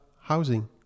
housing